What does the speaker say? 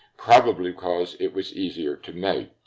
probably because it was easier to make.